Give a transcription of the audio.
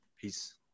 Peace